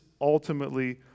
ultimately